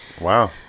Wow